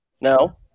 no